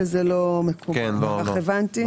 שזה לא מקובל, כך הבנתי.